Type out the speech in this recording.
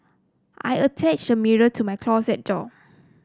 I attached a mirror to my closet door